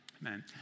Amen